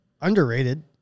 underrated